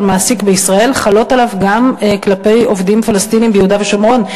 מעסיק בישראל חלות עליו גם כלפי עובדים פלסטינים ביהודה ושומרון.